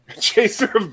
Chaser